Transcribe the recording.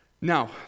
Now